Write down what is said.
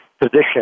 position